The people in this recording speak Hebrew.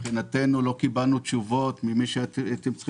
"מבחינתנו לא קיבלנו תשובות ממי שהיינו צריכים